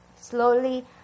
Slowly